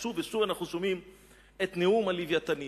ושוב ושוב אנחנו שומעים את נאום הלווייתנים.